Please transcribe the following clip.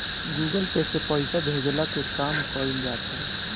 Google Pay से पईसा भेजला के काम कईल जात हवे